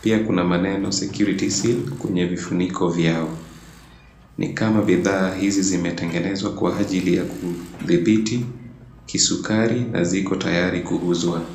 Pia kuna maneno security seal kwenye vifuniko vyao. Ni kama bidhaa hizi zimetengenezwa kwa ajili ya kudhibiti kisukari na ziko tayari kuuzwa.